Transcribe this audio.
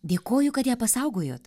dėkoju kad ją pasaugojot